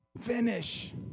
Finish